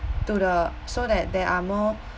to the so that there are more